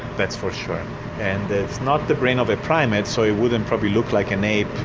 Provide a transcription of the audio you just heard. that's for sure and it's not the brain of a primate so it wouldn't probably look like an ape,